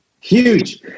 Huge